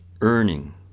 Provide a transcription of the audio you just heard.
earning